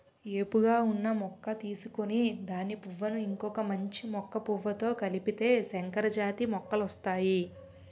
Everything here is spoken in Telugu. ఏపుగా ఉన్న మొక్క తీసుకొని దాని పువ్వును ఇంకొక మంచి మొక్క పువ్వుతో కలిపితే సంకరజాతి మొక్కలొస్తాయి